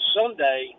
Sunday